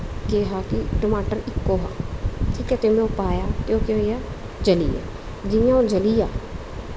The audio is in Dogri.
केह् हा कि टमाटर इक्को हा ठीक ऐ ते में ओह् पाया ते केह् होई गेआ जली गेआ जियां ओह् जली गेआ